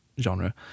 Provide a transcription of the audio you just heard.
genre